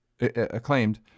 acclaimed